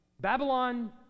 Babylon